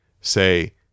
say